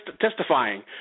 testifying